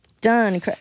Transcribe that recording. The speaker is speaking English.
done